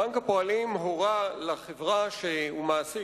בנק הפועלים הורה לחברה שהוא מעסיק,